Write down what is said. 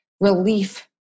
relief